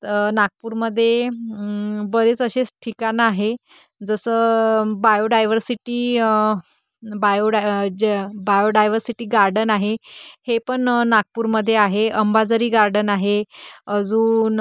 नागपूरमध्ये बरेच असेच ठिकाणं आहे जसं बायोडायव्हर्सिटी बायोडाय जे बायोडायवर्सिटी गार्डन आहे हे पण नागपूरमध्ये आहे अंबाझरी गार्डन आहे अजून